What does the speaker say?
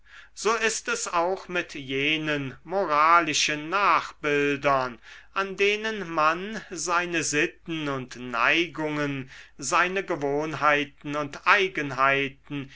so ist es auch mit jenen moralischen nachbildern an denen man seine sitten und neigungen seine gewohnheiten und eigenheiten